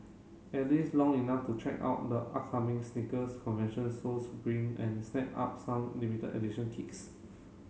at least long enough to check out the upcoming sneakers convention Sole supreme and snap up some limited edition kicks